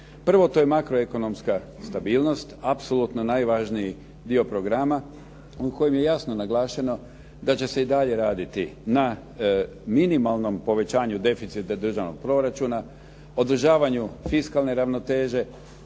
Prvo, to je makroekonomska stabilnost, apsolutno najvažniji dio programa u kojem je jasno naglašeno da će se i dalje raditi na minimalnom povećanju deficita Državnog proračuna, održavanju fiskalne ravnoteže,